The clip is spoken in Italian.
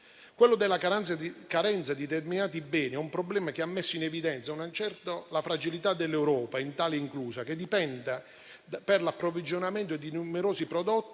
Quello della carenza di determinati beni è un problema che ha messo in evidenza una certa fragilità dell'Europa, Italia inclusa, che dipenda, per l'approvvigionamento di numerosi prodotti